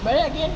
but then again